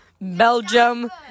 Belgium